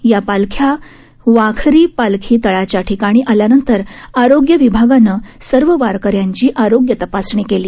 या पालख्या वाखरी पालखी तळाच्या ठिकाणी आल्यानंतर आरोग्य विभागानं सर्व वारकऱ्यांची आरोग्य तपासणी केली